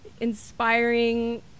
inspiring